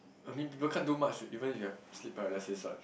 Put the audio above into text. I mean people can't do much even you have sleep paralysis what